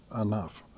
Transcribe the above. enough